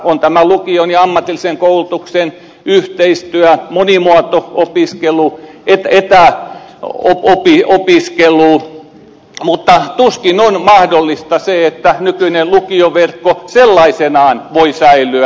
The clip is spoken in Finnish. on tämä lukion ja ammatillisen koulutuksen yhteistyö monimuoto opiskelu etäopiskelu mutta tuskin on mahdollista se että nykyinen lukioverkko sellaisenaan voi säilyä